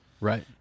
Right